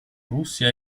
russia